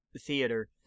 theater